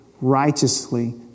righteously